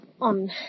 on